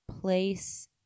place